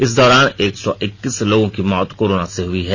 इस दौरान एक सौ एकतीस लोगों की मौत कोरोना से हुई है